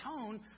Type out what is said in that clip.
tone